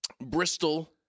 Bristol